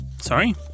Sorry